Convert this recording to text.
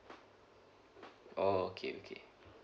oh okay okay